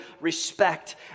respect